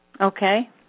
Okay